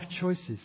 choices